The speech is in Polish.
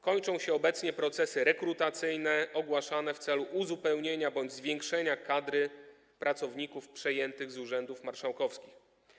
Kończą się obecnie procesy rekrutacyjne ogłaszane w celu uzupełnienia bądź zwiększenia kadry pracowników przejętych z urzędów marszałkowskich.